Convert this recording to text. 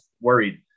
worried